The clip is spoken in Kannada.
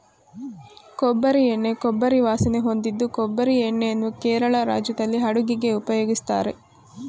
ಕೊಬ್ಬರಿ ಎಣ್ಣೆ ಕೊಬ್ಬರಿ ವಾಸನೆ ಹೊಂದಿದ್ದು ಕೊಬ್ಬರಿ ಎಣ್ಣೆಯನ್ನು ಕೇರಳ ರಾಜ್ಯದಲ್ಲಿ ಅಡುಗೆಗೆ ಉಪಯೋಗಿಸ್ತಾರೆ